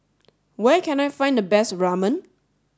where can I find the best Ramen